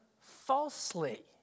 falsely